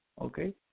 okay